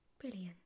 Brilliant